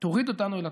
אותנו לתחתית.